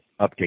update